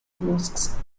mosques